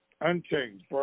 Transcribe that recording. Unchanged